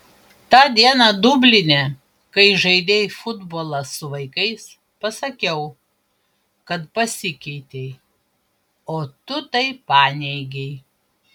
tą dieną dubline kai žaidei futbolą su vaikais pasakiau kad pasikeitei o tu tai paneigei